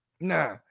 Nah